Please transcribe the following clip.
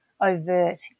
overt